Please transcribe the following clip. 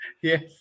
yes